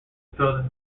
fill